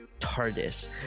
tardis